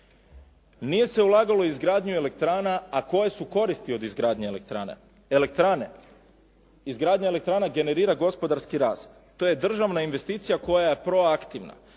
Nije se ulagalo u izgradnju elektrana, a koje su koristi od izgradnje elektrane? Elektrane, izgradnja elektrana generira gospodarski rast. To je državna investicija koja je proaktivna.